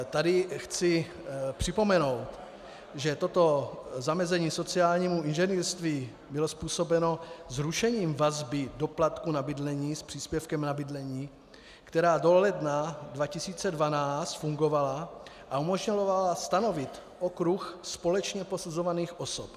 Tady chci připomenout, že toto zamezení sociálnímu inženýrství bylo způsobeno zrušením vazby doplatku na bydlení s příspěvkem na bydlení, která do ledna 2012 fungovala a umožňovala stanovit okruh společně posuzovaných osob.